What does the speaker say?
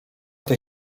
tej